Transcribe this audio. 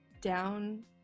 down